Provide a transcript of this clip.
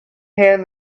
hand